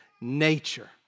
nature